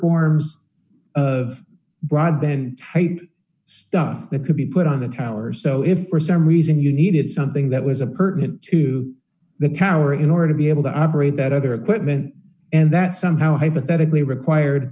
forms of broadband type stuff that could be put on the towers so if for some reason you needed something that was a pertinent to the tower in order to be able to operate that other equipment and that somehow hypothetically required